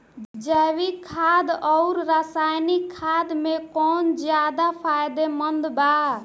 जैविक खाद आउर रसायनिक खाद मे कौन ज्यादा फायदेमंद बा?